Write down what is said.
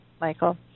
Michael